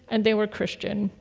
and they were christian,